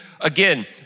again